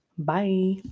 Bye